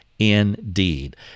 Indeed